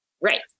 Right